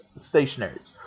stationaries